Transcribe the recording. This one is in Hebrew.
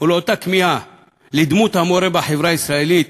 ולאותה כמיהה לדמות המורה בחברה הישראלית